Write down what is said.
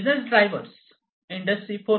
business drivers industry 4